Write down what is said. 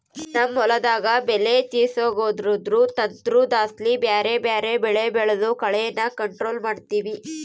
ನಮ್ ಹೊಲುದಾಗ ಬೆಲೆ ತಿರುಗ್ಸೋದ್ರುದು ತಂತ್ರುದ್ಲಾಸಿ ಬ್ಯಾರೆ ಬ್ಯಾರೆ ಬೆಳೆ ಬೆಳ್ದು ಕಳೇನ ಕಂಟ್ರೋಲ್ ಮಾಡ್ತಿವಿ